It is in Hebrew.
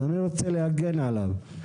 אז אני רוצה להגן עליו.